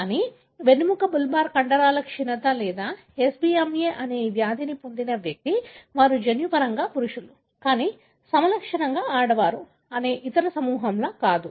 కానీ వెన్నెముక బుల్బార్ కండరాల క్షీణత లేదా SBMA అయిన ఈ వ్యాధిని పొందిన వ్యక్తి వారు జన్యుపరంగా పురుషులు కానీ సమలక్షణంగా ఆడవారు అనే ఇతర సమూహంలా కాదు